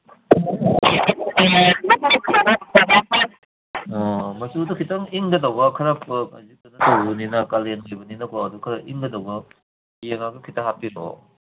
ꯑꯣ ꯃꯆꯨꯗꯣ ꯈꯤꯇꯪ ꯏꯪꯒꯗꯧꯕ ꯈꯔ ꯇꯧꯕꯅꯤꯅ ꯀꯥꯂꯦꯟꯒꯤ ꯑꯣꯏꯕꯅꯤꯅꯀꯣ ꯑꯗꯨ ꯈꯔ ꯏꯪꯒꯗꯧꯕ ꯌꯦꯡꯉꯒ ꯈꯤꯇ ꯍꯥꯞꯄꯤꯔꯛꯑꯣ